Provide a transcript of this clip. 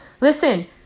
Listen